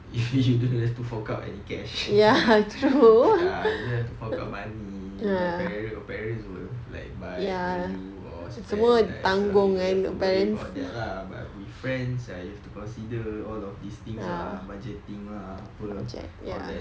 you you don't have to fork out any cash ya you don't have to fork out money parents your parents will like buy for you or spend like so you don't have to worry about that lah but with friends ah you have to consider all of these things lah budgeting lah apa all that